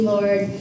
Lord